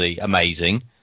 amazing